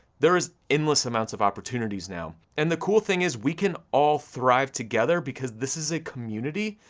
there is endless amounts of opportunities now, and the cool thing is we can all thrive together, because this is a community,